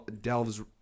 delves